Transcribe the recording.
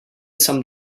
some